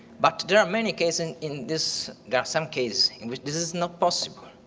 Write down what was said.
but there are many cases in this there are some cases in which this is not possible.